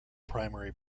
primary